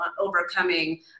overcoming